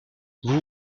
vous